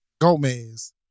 Gomez